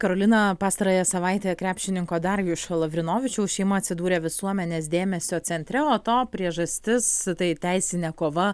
karolina pastarąją savaitę krepšininko darjušo lavrinovičiaus šeima atsidūrė visuomenės dėmesio centre o to priežastis tai teisinė kova